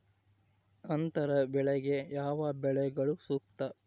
ಅಂತರ ಬೆಳೆಗೆ ಯಾವ ಬೆಳೆಗಳು ಸೂಕ್ತ?